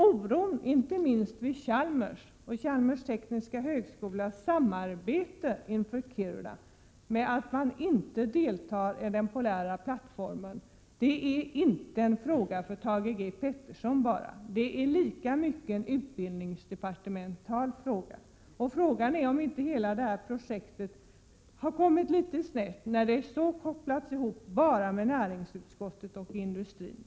Oron, inte minst vid Chalmers tekniska högskola inför dess samarbete med Kiruna, när det gäller att man inte deltar över den polära plattformen är inte en fråga bara för Thage G Peterson. Det är lika mycket en fråga för utbildningsdepartementet. Frågan är om inte hela det här projektet har kommit litet snett när det kopplas ihop bara med näringsutskottet och industrin.